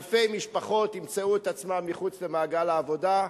אלפי משפחות ימצאו את עצמן מחוץ למעגל העבודה.